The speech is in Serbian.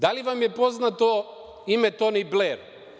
Da li vam je poznato ime Toni Bler?